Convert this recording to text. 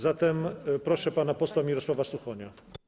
Zatem proszę pana posła Mirosława Suchonia.